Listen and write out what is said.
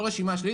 לא רשימה שלילית.